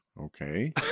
okay